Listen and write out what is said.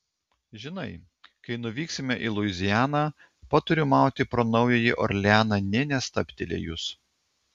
žinai kai nuvyksime į luizianą patariu mauti pro naująjį orleaną nė nestabtelėjus